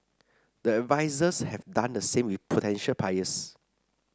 the advisers have done the same with potential buyers